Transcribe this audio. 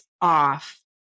off